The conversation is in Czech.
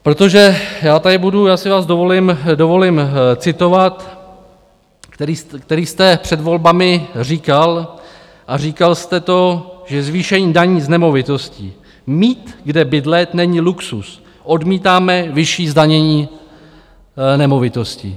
Protože já tady budu, já si vás dovolím citovat, který jste před volbami říkal a říkal jste to, že zvýšení daní z nemovitosti mít kde bydlet není luxus, odmítáme vyšší zdanění nemovitostí.